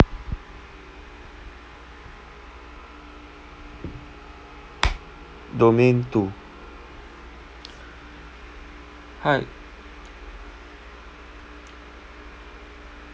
domain two hi